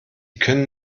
können